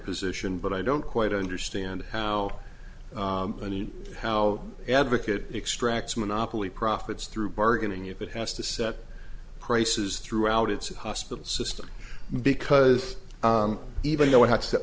position but i don't quite understand how any how advocate extracts monopoly profits through bargaining if it has to set prices throughout its hospital system because even though it h